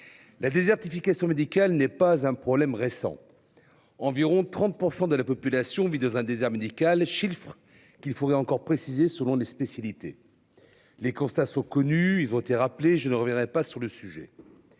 La désertification médicale n'est pas un problème récent. Environ 30% de la population vit dans un désert médical chiffre qu'il faudrait encore précisé selon les spécialités. Les constats sont connus, ils ont été rappelés. Je ne reviendrai pas sur le sujet.